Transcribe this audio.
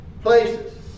Places